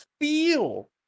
feel